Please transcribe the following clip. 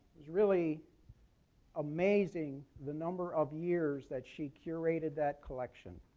it's really amazing the number of years that she curated that collection.